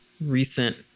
recent